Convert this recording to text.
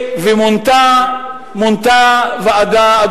מונתה ועדה, תודה.